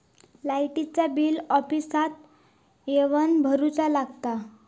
लाईटाचा बिल ऑफिसातच येवन भरुचा लागता?